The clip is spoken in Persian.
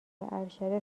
ارشد